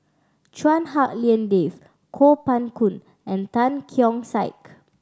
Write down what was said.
Chua Hak Lien Dave Kuo Pao Kun and Tan Keong Saik